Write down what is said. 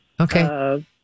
Okay